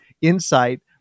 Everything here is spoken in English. insight